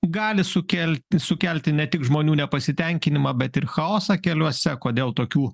gali sukel sukelti ne tik žmonių nepasitenkinimą bet ir chaosą keliuose kodėl tokių